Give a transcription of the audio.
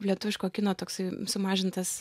lietuviško kino toksai sumažintas